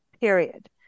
Period